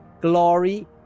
glory